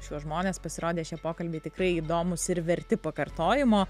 šiuos žmones pasirodė šie pokalbiai tikrai įdomūs ir verti pakartojimo